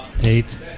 eight